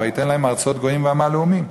"ויתן להם ארצות גוים ועמל לאֻמים".